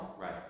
right